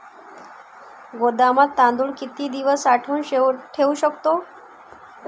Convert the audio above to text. गोदामात तांदूळ किती दिवस साठवून ठेवू शकतो?